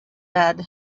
bed